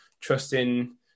trusting